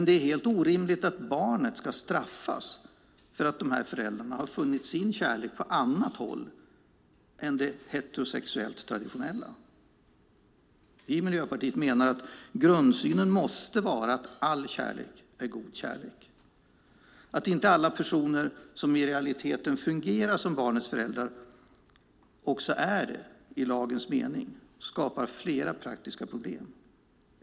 Det är helt orimligt att barnet ska straffas för att föräldrarna funnit sin kärlek på annat håll än i det heterosexuellt traditionella. Vi i Miljöpartiet menar att grundsynen måste utgå från att all kärlek är god kärlek. Att inte alla personer som i realiteten fungerar som barnets föräldrar också är det i lagens mening skapar flera praktiska problem.